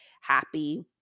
happy